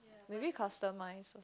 maybe customised